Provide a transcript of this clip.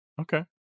Okay